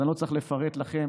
אז אני לא צריך לפרט לכם,